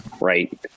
Right